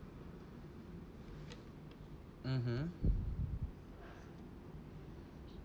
mmhmm